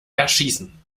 erschießen